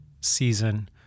season